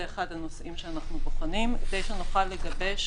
זה אחד הנושאים שאנחנו בוחנים כדי שנוכל לגבש